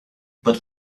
but